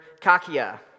Kakia